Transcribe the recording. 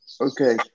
Okay